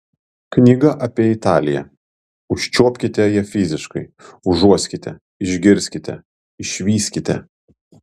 knyga apie italiją užčiuopkite ją fiziškai užuoskite išgirskite išvyskite